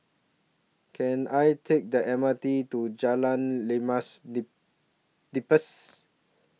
Can I Take The M R T to Jalan Limau Nipis